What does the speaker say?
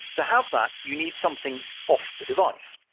to have that, you need something off the device.